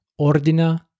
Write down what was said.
Ordina